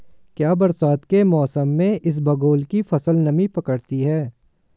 क्या बरसात के मौसम में इसबगोल की फसल नमी पकड़ती है?